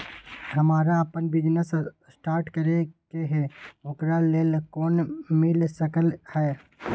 हमरा अपन business start करे के है ओकरा लेल लोन मिल सकलक ह?